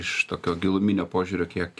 iš tokio giluminio požiūrio kiek